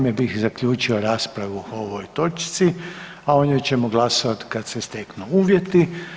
Time bih zaključio raspravu o ovoj točci, a o njoj ćemo glasovati kada se steknu uvjeti.